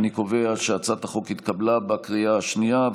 אני קובע שהצעת החוק התקבלה בקריאה השנייה.